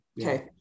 Okay